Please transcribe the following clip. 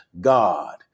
God